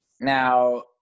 now